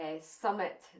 summit